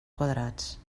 quadrats